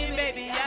and baby, yeah